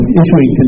issuing